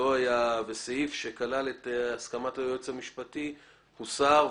הסעיף שכלל את הסכמת היועץ המשפטי הוסר,